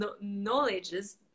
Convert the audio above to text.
knowledges